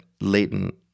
latent